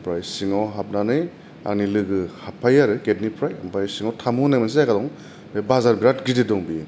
आमफ्राय सिङाव हाबनानै आंनि लोगो हाबफायो आरो गेटनिफ्राय ओमफाय टामुं होन्नाय मोनसे जायगायाव बे बाजार बेराथ गिदिर दं